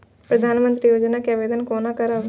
प्रधानमंत्री योजना के आवेदन कोना करब?